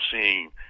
seeing